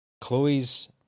chloe's